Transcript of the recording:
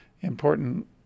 important